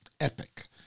epic